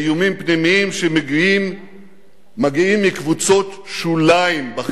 פנימיים שמגיעים מקבוצות שוליים בחברה.